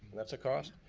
that's a cost.